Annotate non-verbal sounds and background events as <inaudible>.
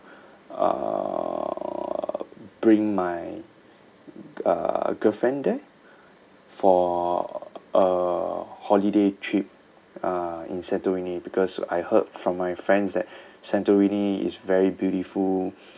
err bring my uh girlfriend there for uh holiday trip uh in santorini because I heard from my friends that <breath> santorini is very beautiful <breath>